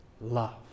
love